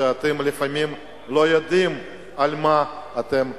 שאתם לפעמים לא יודעים על מה אתם מצביעים.